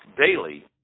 daily